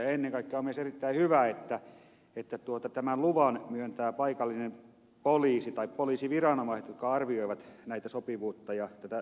ennen kaikkea on myös erittäin hyvä että tämän luvan myöntää paikallinen poliisi tai poliisiviranomaiset jotka arvioivat sopivuutta ja paikallistuntemusta